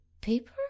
paper